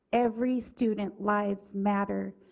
every student lives matter.